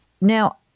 Now